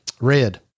Red